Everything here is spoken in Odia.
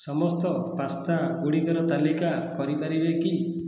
ସମସ୍ତ ପାସ୍ତା ଗୁଡ଼ିକର ତାଲିକା କରିପାରିବେ କି